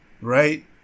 right